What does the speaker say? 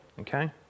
okay